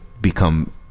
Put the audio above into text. become